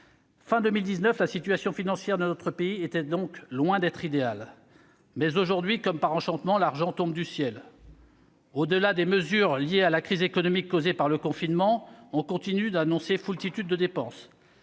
de 2019, la situation financière de notre pays était donc loin d'être idéale. Mais aujourd'hui, comme par enchantement, l'argent tombe du ciel. Au-delà des mesures liées à la crise économique causée par le confinement, on continue d'annoncer une foultitude de dépenses.